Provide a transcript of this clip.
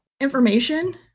information